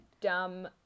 dumb